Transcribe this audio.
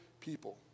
people